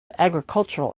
agricultural